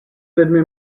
lidmi